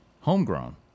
Homegrown